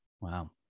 wow